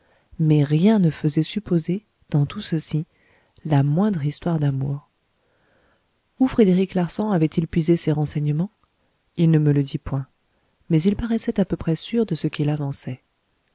mais rien ne faisait supposer dans tout ceci la moindre histoire d'amour où frédéric larsan avait-il puisé ses renseignements il ne me le dit point mais il paraissait à peu près sûr de ce qu'il avançait